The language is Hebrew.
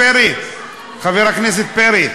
חבר הכנסת יעקב פרי,